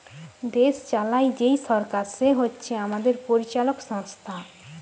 দেশ চালায় যেই সরকার সে হচ্ছে আমাদের পরিচালক সংস্থা